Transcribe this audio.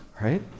right